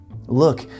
Look